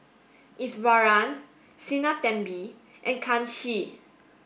Iswaran Sinnathamby and Kanshi